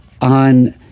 on